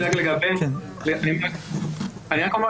ויכול להיות